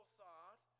thought